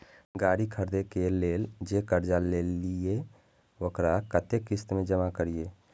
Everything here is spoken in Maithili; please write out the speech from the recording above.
गाड़ी खरदे के लेल जे कर्जा लेलिए वकरा कतेक किस्त में जमा करिए?